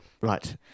Right